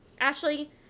Ashley